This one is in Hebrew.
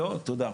לא, תודה.